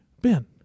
Ben